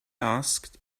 asked